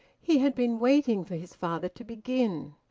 he had been waiting for his father to begin.